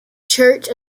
church